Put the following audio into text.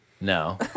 No